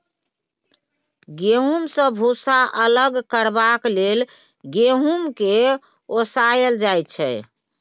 गहुँम सँ भुस्सा अलग करबाक लेल गहुँम केँ ओसाएल जाइ छै